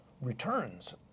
returns